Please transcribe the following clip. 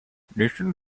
listen